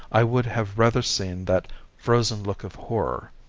i would have rather seen that frozen look of horror.